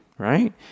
right